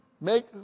Make